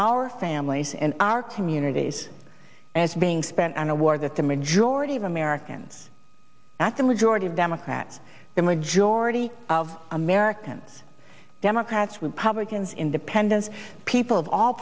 our families and our communities as being spent on a war that the majority of americans that the majority of democrats the majority of americans democrats republicans independents people of all